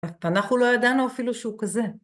אנחנו לא ידענו אפילו שהוא כזה.